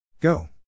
Go